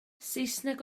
saesneg